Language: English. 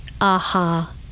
aha